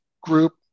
group